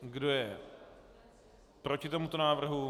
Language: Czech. Kdo je proti tomuto návrhu?